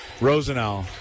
Rosenau